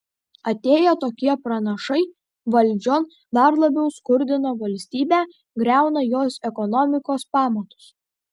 atėję tokie pranašai valdžion dar labiau skurdina valstybę griauna jos ekonomikos pamatus